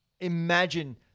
imagine